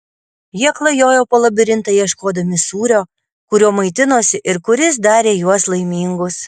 jie klajojo po labirintą ieškodami sūrio kuriuo maitinosi ir kuris darė juos laimingus